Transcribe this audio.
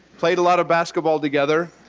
played a lot of basketball together.